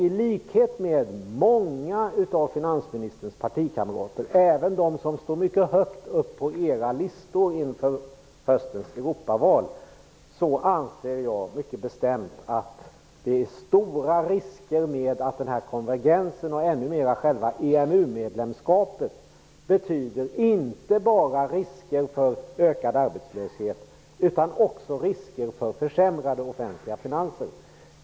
I likhet med många av finansministerns partikamrater, även de som står mycket högt på era listor inför höstens Europaval, anser jag mycket bestämt att det är stora risker med konvergensen och ännu mer med själva EMU-medlemskapet. Det betyder inte bara risker för ökad arbetslöshet utan också risker för försämrade offentliga finanser.